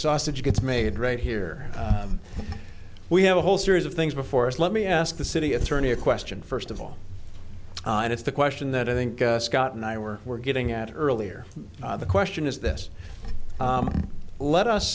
sausage gets made right here we have a whole series of things before us let me ask the city attorney question first of all and it's the question that i think scott and i were were getting at earlier the question is this let us